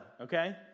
okay